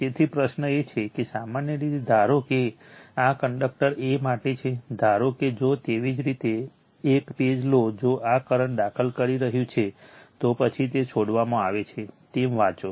તેથી પ્રશ્ન એ છે કે સામાન્ય રીતે ધારો કે આ કંડક્ટર a માટે છે ધારો કે જો તેવી જ રીતે એક પેજ લો જો આ કરંટ દાખલ કરી રહ્યું છે તો પછી તે છોડવામાં આવે છે તેમ વાંચો